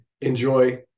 Enjoy